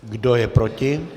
Kdo je proti?